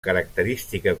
característica